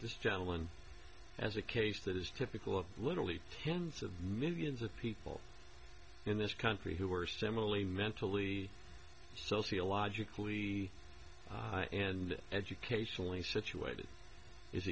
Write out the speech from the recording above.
this gentleman as a case that is typical of literally tens of millions of people in this country who are similarly mentally sociologically and educationally situated is